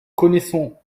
connaissons